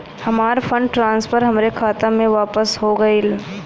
हमार fund transfer हमरे खाता मे वापस हो गईल